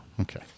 Okay